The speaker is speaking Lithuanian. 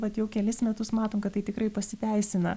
vat jau kelis metus matom kad tai tikrai pasiteisina